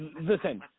listen